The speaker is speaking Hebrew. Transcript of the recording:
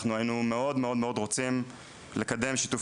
אנחנו היינו מאוד מאוד מאוד רוצים לקדם שיתוף